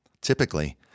Typically